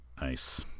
Nice